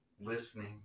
listening